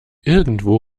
irgendwo